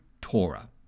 Torah